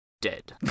dead